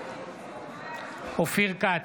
אופיר כץ,